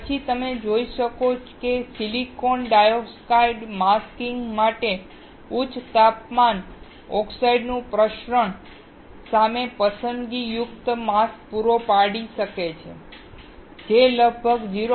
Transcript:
પછી તમે જોઈ શકો છો કે સિલિકોન ડાયોક્સાઈડ માસ્કિંગ માટે ઉચ્ચ તાપમાન ઓક્સાઈડ પર પ્રસરણ સામે પસંદગીયુક્ત માસ્ક પૂરો પાડી શકે છે જે લગભગ 0